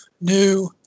new